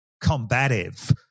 combative